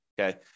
okay